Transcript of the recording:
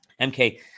MK